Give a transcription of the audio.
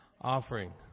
Offering